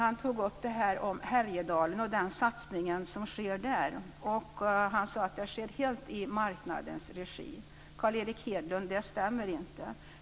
Han tog upp det här med Härjedalen och den satsning som sker där. Han sade att detta sker helt i marknadens regi. Carl Erik Hedlund! Det stämmer inte.